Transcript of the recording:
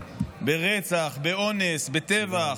ברצח, באונס, בטבח,